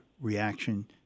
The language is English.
reaction